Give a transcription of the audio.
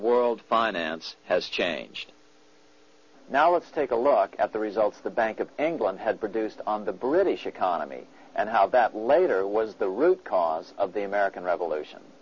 world finance has changed now let's take a look at the results the bank of england had produced on the british economy and how that later was the root cause of the american revolution